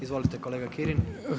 Izvolite kolega Kirin.